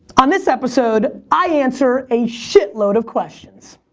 on this episode, i answer a shitload of questions.